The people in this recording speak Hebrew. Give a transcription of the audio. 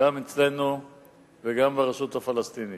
גם אצלנו וגם ברשות הפלסטינית.